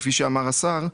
כפי שאמר השר,